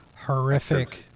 Horrific